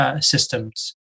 Systems